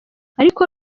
ariko